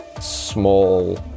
small